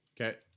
Okay